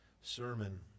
sermon